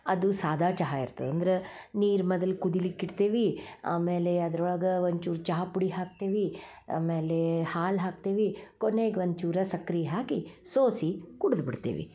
ಅದು ಸಾದಾ ಚಹಾ ಇರ್ತದೆ ಅಂದ್ರೆ ನೀರು ಮೊದಲು ಕುದಿಲಿಕ್ಕಿಡ್ತೀವಿ ಆಮೇಲೆ ಅದ್ರೊಳಗೆ ಒಂಚೂರು ಚಹಾ ಪುಡಿ ಹಾಕ್ತೇವೆ ಆಮ್ಯಾಲೆ ಹಾಲು ಹಾಕ್ತೆವಿ ಕೊನೆಗೆ ಒಂಚೂರು ಸಕ್ರೆ ಹಾಕಿ ಸೋಸಿ ಕುಡ್ದು ಬಿಡ್ತೀವಿ